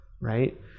right